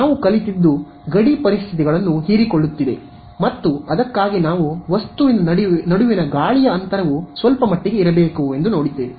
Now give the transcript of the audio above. ನಾವು ಕಲಿತಿದ್ದು ಗಡಿ ಪರಿಸ್ಥಿತಿಗಳನ್ನು ಹೀರಿಕೊಳ್ಳುತ್ತಿದೆ ಮತ್ತು ಅದಕ್ಕಾಗಿ ನಾವು ವಸ್ತುವಿನ ನಡುವಿನ ಗಾಳಿಯ ಅಂತರವು ಸ್ವಲ್ಪಮಟ್ಟಿಗೆ ಇರಬೇಕು ಎಂದು ನೋಡಿದ್ದೇವೆ